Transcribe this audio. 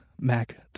Mac